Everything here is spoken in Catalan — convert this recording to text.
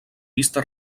vista